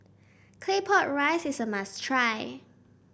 Claypot Rice is a must try